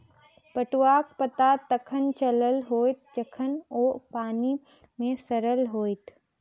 पटुआक पता तखन चलल होयत जखन ओ पानि मे सड़ल होयत